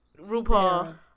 RuPaul